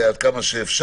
עד כמה שאפשר.